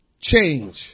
Change